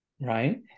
right